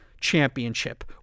championship